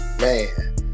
Man